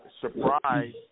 surprise